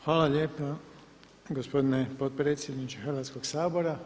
Hvala lijepa gospodine potpredsjedniče Hrvatskog sabora.